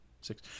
six